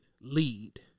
lead